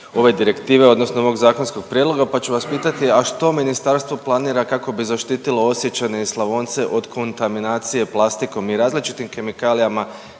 ove direktive odnosno ovog zakonskog prijedloga, pa ću vas pitati, a što ministarstvo planira kako bi zaštitilo Osjećane i Slavonce od kontaminacije plastikom i različitim kemikalijama